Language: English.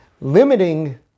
Limiting